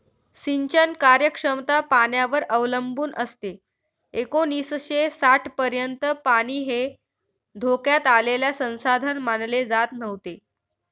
सिंचन कार्यक्षमता पाण्यावर अवलंबून असते एकोणीसशे साठपर्यंत पाणी हे धोक्यात आलेले संसाधन मानले जात नव्हते